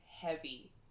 heavy